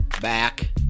back